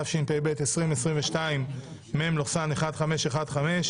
התשפ"ב-2022 (מ/1515).